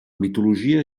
mitologia